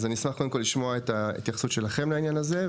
אז אני אשמח קודם כל לשמוע את ההתייחסות שלכם לעניין הזה,